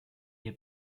ihr